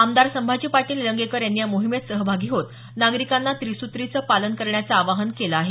आमदार संभाजी पाटील निलंगेकर यांनी या मोहिमेत सहभागी होत नागरिकांना त्रिसुत्रीचं पालन करण्याचं आवाहन केलं आहे